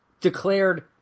Declared